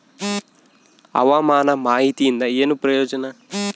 ಹವಾಮಾನ ಮಾಹಿತಿಯಿಂದ ಏನು ಪ್ರಯೋಜನ?